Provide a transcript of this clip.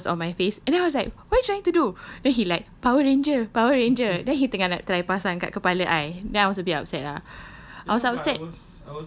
so ijaz was on my face and then I was like what are you trying to do then he like power ranger power ranger then he tengah nak try pasang kat kepala I then I was a bit upset ah I was upset